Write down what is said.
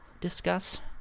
discuss